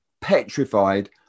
petrified